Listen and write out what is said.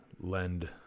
lend